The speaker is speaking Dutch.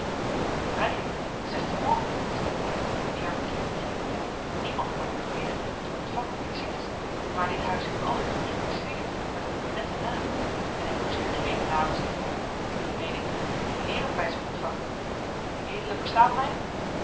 uw vrijheid certainement zeide heynsz die haar verkeerd begreep niemand kan u verbieden te ontvangen visites maar dit huis heeft altijd gejouisseerd van een honnetten naam en ik logeer geene dames die die meen ik heeren bij zich ontvangen ued verstaat mij